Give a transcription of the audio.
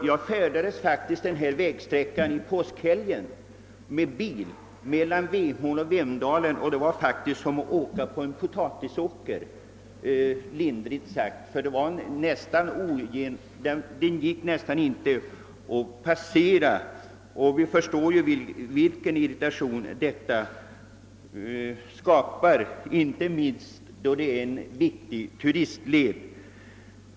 Jag bilade under påskhelgen mellan Vemhån och Vemdalen, och det var verkligen som att köra över en potatisåker, lindrigt sagt; det var nästan omöjligt att ta sig fram. Sådant skapar stor irritation, speciellt som sträckan är en viktig turistled.